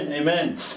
Amen